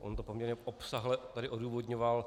On to poměrně obsáhle tady odůvodňoval.